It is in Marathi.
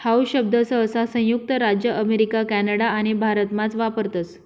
हाऊ शब्द सहसा संयुक्त राज्य अमेरिका कॅनडा आणि भारतमाच वापरतस